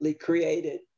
created